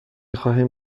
خواهیم